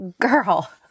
Girl